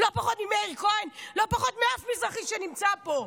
לא פחות ממאיר כהן, לא פחות מאף מזרחי שנמצא פה.